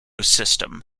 system